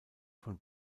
von